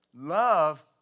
Love